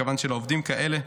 מכיוון שלעובדים כאלה,